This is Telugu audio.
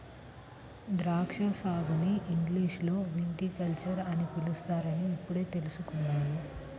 ద్రాక్షా సాగుని ఇంగ్లీషులో విటికల్చర్ అని పిలుస్తారని ఇప్పుడే తెల్సుకున్నాను